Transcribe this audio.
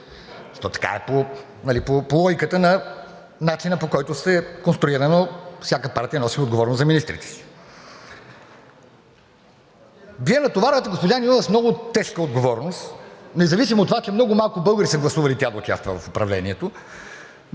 Така е по логиката на начина, по който е конструирано – всяка партия носи отговорност за министрите си. Вие натоварвате госпожа Нинова с много тежка отговорност, независимо от това, че много малко българи са гласували тя да участва в управлението,